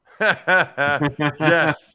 Yes